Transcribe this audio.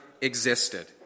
existed